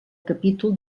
capítol